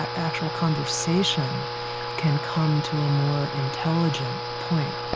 actual conversation can come to a more intelligent point